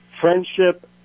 friendship